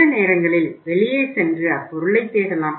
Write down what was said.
சில நேரங்களில் வெளியே சென்று அப்பொருளை தேடலாம்